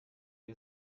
wie